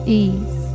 ease